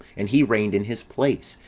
and he reigned in his place,